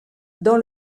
dans